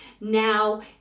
Now